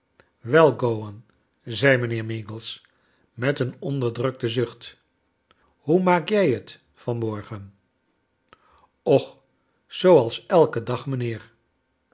gowan zei mijnheer meagles met een onderdrukten zucht hoe maak jij t van morgen och zooals elken dag mijnheer